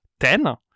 10